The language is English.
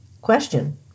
Question